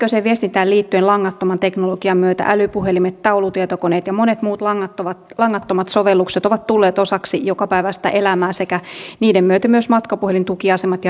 sähköiseen viestintään liittyen langattoman teknologian myötä älypuhelimet taulutietokoneet ja monet muut langattomat sovellukset ovat tulleet osaksi jokapäiväistä elämää sekä niiden myötä myös matkapuhelintukiasemat ja radiomastot